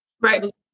Right